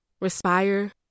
Respire